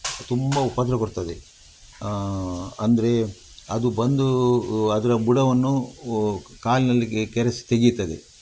ತುಂಬ ಉಪದ್ರವ ಕೊಡ್ತದೆ ಅಂದರೆ ಅದು ಬಂದು ಅದರ ಬುಡವನ್ನು ಕಾಲಿನಲ್ಲಿ ಕೆರೆಸಿ ತೆಗೀತದೆ